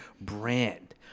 brand